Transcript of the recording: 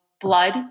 blood